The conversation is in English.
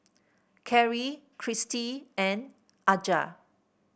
Karri Cristy and Aja